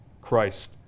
Christ